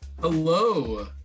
hello